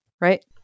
right